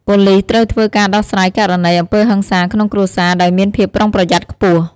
ប៉ូលិសត្រូវធ្វើការដោះស្រាយករណីអំពើហិង្សាក្នុងគ្រួសាដោយមានភាពប្រុងប្រយ័ត្តខ្ពស់។